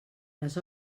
les